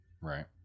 Right